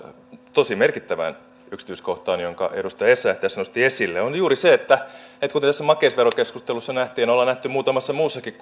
tosi merkittävään yksityiskohtaan jonka edustaja essayah tässä nosti esille kuten tässä makeisverokeskustelussa nähtiin ja ollaan nähty muutamassa muussakin